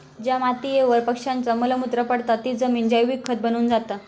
ज्या मातीयेवर पक्ष्यांचा मल मूत्र पडता ती जमिन जैविक खत बनून जाता